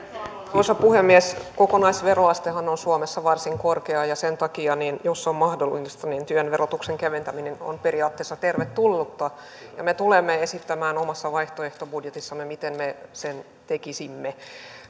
arvoisa puhemies kokonaisveroastehan on suomessa varsin korkea ja sen takia jos se on mahdollista työn verotuksen keventäminen on periaatteessa tervetullutta me tulemme esittämään omassa vaihtoehtobudjetissamme miten me sen tekisimme